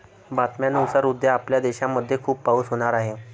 बातम्यांनुसार उद्या आपल्या देशामध्ये खूप पाऊस होणार आहे